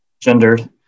gendered